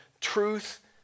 truth